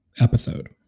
episode